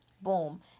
Boom